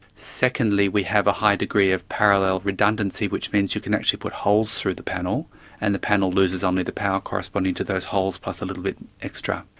secondly we have a high degree of parallel redundancy which means you can actually put holes through the panel and the panel loses only the power corresponding to those holes, plus a little bit extra.